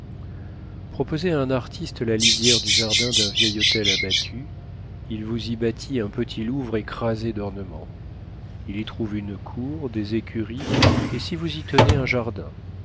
proposez à un artiste la lisière du jardin d'un vieil hôtel abattu il vous y bâtit un petit louvre écrasé d'ornements il y trouve une cour des écuries et si vous y tenez un jardin